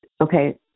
Okay